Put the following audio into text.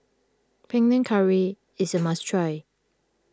Panang Curry is a must try